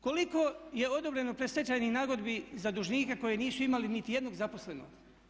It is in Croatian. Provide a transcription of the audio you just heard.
Koliko je odobreno predstečajnih nagodbi za dužnike koji nisu imali niti jednog zaposlenog?